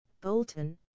Bolton